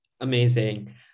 Amazing